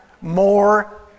More